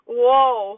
whoa